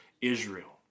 Israel